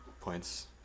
points